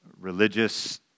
religious